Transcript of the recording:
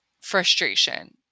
frustration